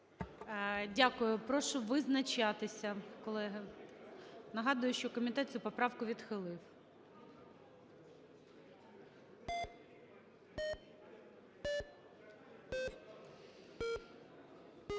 Дякую. Прошу визначатися, колеги. Нагадую, що комітет цю поправку відхилив.